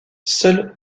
seuls